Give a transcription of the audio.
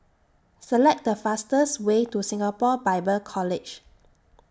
Select The fastest Way to Singapore Bible College